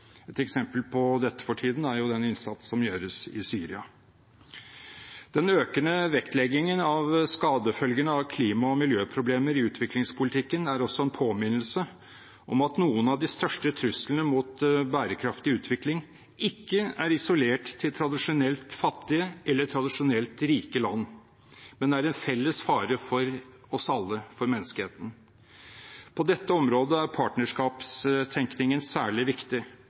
Et eksempel på dette er for tiden den innsats som gjøres i Syria. Den økende vektleggingen av skadefølgene av klima- og miljøproblemer i utviklingspolitikken er også en påminnelse om at noen av de største truslene mot bærekraftig utvikling ikke er isolert til tradisjonelt fattige eller tradisjonelt rike land, men er en felles fare for oss alle, for menneskeheten. På dette området er partnerskapstenkningen særlig viktig,